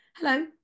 Hello